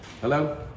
Hello